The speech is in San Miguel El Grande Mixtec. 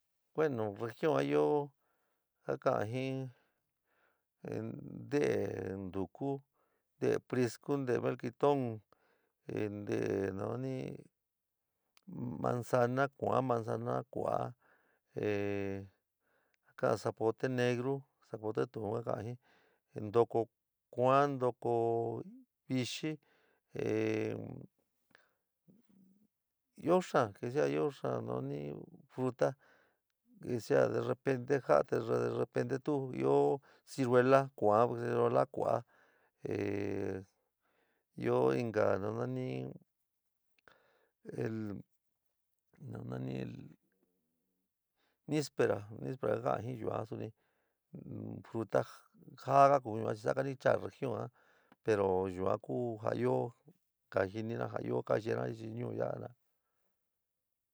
Bueno región a ɨó ja ka'an jɨón ehh nte'é ntukú, nte'é priscu, nte'é melocoton, nte'é nani manzana kua'a, manzana ku'an, ehh ka'an zapote negrú. zapote tuún ka ka'an jɨ'n, ntoko kuaán, ntoko ixɨ, ɨó xaán ta ya'a ɨó xaán nani fruta que sea de repente jja te de repente tu ɨó ciruela kuaán, ciruela kua'a ehh ɨó inka nanani nanani el níspero, níspero ka'an jin yuán suni fruta jaá ka ku yuán saká ni chaáa región aa pero yuan ku ja ɨó ja jiniána ja ɨó ka ye'ena ichi ñuu yaá jina'a.